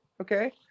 Okay